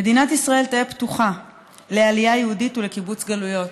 "מדינת ישראל תהא פתוחה לעלייה יהודית ולקיבוץ גלויות,